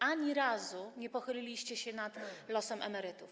Ani razu nie pochyliliście się nad losem emerytów.